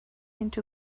into